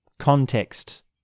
context